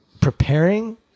preparing